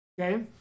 Okay